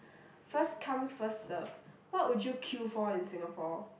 first come first serve what would you queue for in Singapore